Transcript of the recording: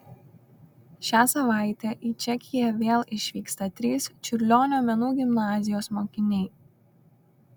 šią savaitę į čekiją vėl išvyksta trys čiurlionio menų gimnazijos mokiniai